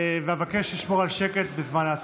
אבקש לשמור על שקט בזמן ההצבעה.